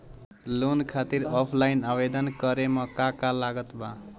Loan खातिर offline आवेदन करे म का का लागत बा?